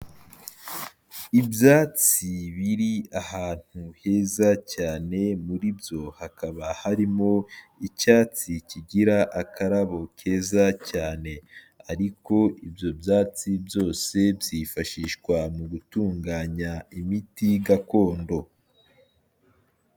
Ibyatsi biri ahantu heza cyane, muri byo, hakaba harimo icyatsi kigira akarabo keza cyane ariko ibyo byatsi byose, byifashishwa mu gutunganya imiti gakondo.